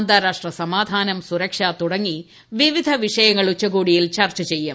അന്താരാഷ്ട്ര സമാധാനം സുരക്ഷ തുടങ്ങി വിവിധ വിഷ്യങ്ങൾ ഉച്ചകോടിയിൽ ചർച്ച ചെയ്യും